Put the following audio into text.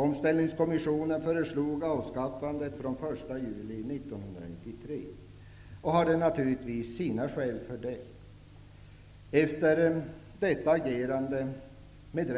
Omställningskommissionen föreslog ett avskaffande från den 1 juli 1993 och hade naturligtvis sina skäl för det. Efter detta agerade, med